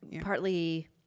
partly